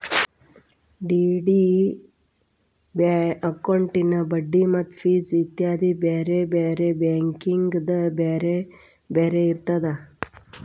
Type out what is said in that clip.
DD ಅಕೌಂಟಿನ್ ಬಡ್ಡಿ ಮತ್ತ ಫಿಸ್ ಇತ್ಯಾದಿ ಬ್ಯಾರೆ ಬ್ಯಾರೆ ಬ್ಯಾಂಕಿಂದ್ ಬ್ಯಾರೆ ಬ್ಯಾರೆ ಇರ್ತದ